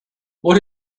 what